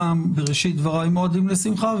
גם בראשית דבריי מועדים לשמחה,